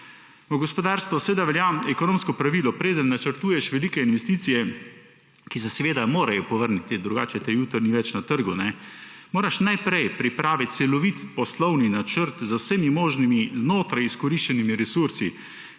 V gospodarstvu seveda velja ekonomsko pravilo, preden načrtuješ velike investicije, ki se seveda morajo povrniti, drugače te jutri ni več na trgu, moraš najprej pripraviti celovit poslovni načrt z vsemi možnimi znotraj izkoriščenimi resursi,